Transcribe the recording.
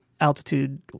altitude